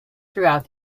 throughout